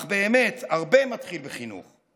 אך באמת הרבה מתחיל בחינוך.